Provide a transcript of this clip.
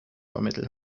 vermittelt